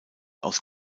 aus